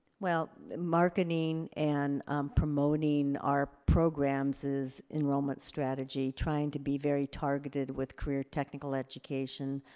well, marketing and promoting our programs is enrollment strategy, trying to be very targeted with career technical education,